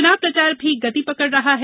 चुनाव प्रचार भी गति पकड़ रहा है